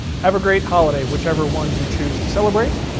have a great holiday whichever ones you choose to celebrate,